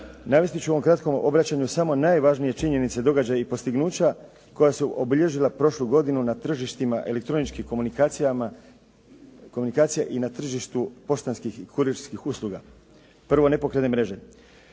Navesti ću vam u kratkom obraćanju samo najvažnije činjenice događaja i postignuća koja su obilježila prošlu godinu na tržištima elektroničkih komunikacija i na tržištu poštanskih i kurirskih usluga. Prvo, nepokretne mreže.